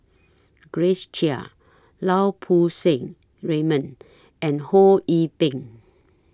Grace Chia Lau Poo Seng Raymond and Ho Yee Ping